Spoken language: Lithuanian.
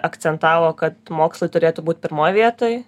akcentavo kad mokslai turėtų būt pirmoj vietoj